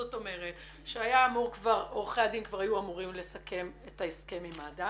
זאת אומרת שעורכי הדין כבר היו אמורים לסכם את ההסכם עם מד"א